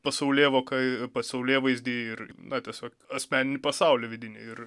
pasaulėvoką pasaulėvaizdį ir na tiesiog asmeninį pasaulį vidinį ir